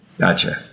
Gotcha